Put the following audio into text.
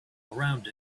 around